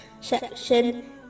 section